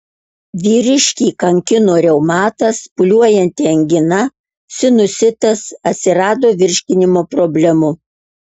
vyriškį kankino reumatas pūliuojanti angina sinusitas atsirado virškinimo problemų